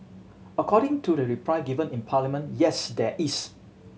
according to the reply given in parliament yes there is